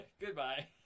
Goodbye